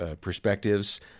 perspectives